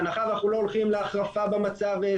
בהנחה ואנחנו לא הולכים להחרפה במצב,